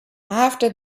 after